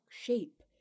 shape